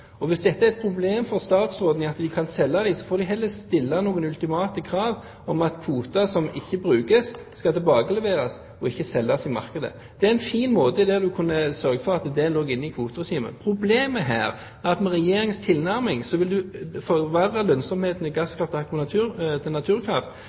Hvis det er et problem for statsråden at de kan selge dem, får en heller stille noen ultimate krav om at kvoter som ikke brukes, skal tilbakeleveres og ikke selges i markedet. Det er en fin måte å gjøre det på, der en kunne sørget for at det lå inne i kvoteregimet. Problemet her er at med Regjeringens tilnærming vil en forverre lønnsomheten i